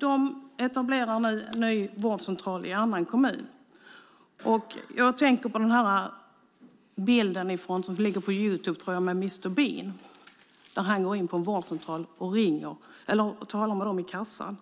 De etablerar nu en ny vårdcentral i en annan kommun. Jag tänker på ett klipp på Youtube med Mr Bean. Där går han in på en vårdcentral och talar med dem i kassan